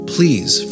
Please